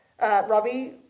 Robbie